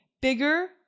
bigger